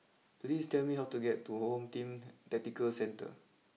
please tell me how to get to Home Team Tactical Centre